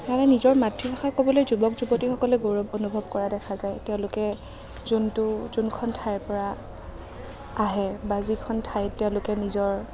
মানে নিজৰ মাতৃভাষা ক'বলৈ যুৱক যুৱতীসকলে গৌৰৱ অনুভৱ কৰা দেখা যায় তেওঁলোকে যিটো যিখন ঠাইৰ পৰা আহে বা যিখন ঠাইত তেওঁলোকে নিজৰ